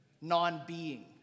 non-being